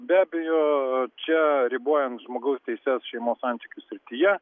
be abejo čia ribojant žmogaus teises šeimos santykių srityje